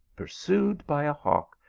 pursued by a hawk,